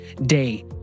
day